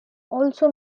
also